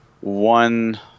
one